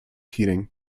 heating